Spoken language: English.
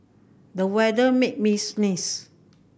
the weather made me sneeze